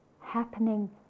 happening